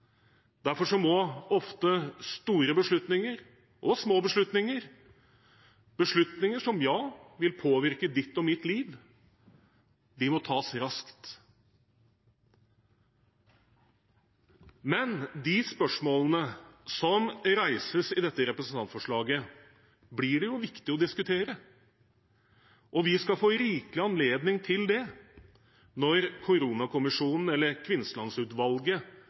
Derfor må ofte store beslutninger og små beslutninger, beslutninger som – ja – vil påvirke ditt og mitt liv, tas raskt. De spørsmålene som reises i dette representantforslaget, blir det viktig å diskutere. Og vi skal få rikelig anledning til det når koronakommisjonen, eller